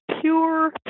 pure